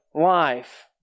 life